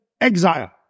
exile